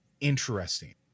interesting